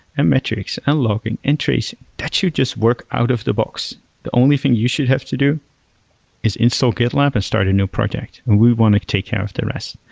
and metrics, and logging, and tracing. that's should just work out of the box. the only thing you should have to do is install gitlab and start a new project, and we want to take care of the rest.